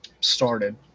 started